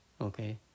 okay